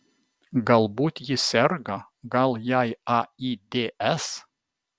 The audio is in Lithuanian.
galbūt ji serga gal jai aids